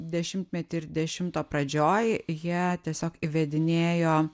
dešimtmety ir dešimto pradžioj jie tiesiog įvedinėjo